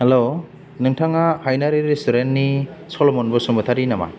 हेल' नोथाङा हायनारि रेस्तुरेन्ट नि सलमन बसुमतारि नामा